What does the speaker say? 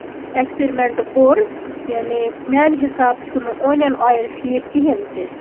experiment کوٚر یعنی میانہِ حِسابہٕ چھُنہٕ اونیَن اویِل ٹھیٖک کِہینۍ تہِ